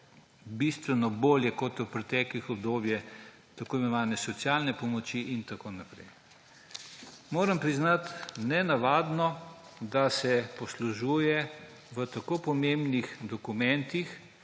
bistveno bolje kot v preteklih obdobjih tako imenovane socialne pomoči in tako naprej. Moram priznati, da je nenavadno, da se uporabljajo v tako pomembnih dokumentih